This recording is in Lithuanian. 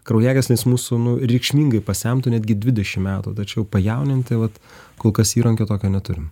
kraujagyslės mūsų nu reikšmingai pasentų netgi dvidešimt metų tačiau pajauninti vat kol kas įrankio tokio neturim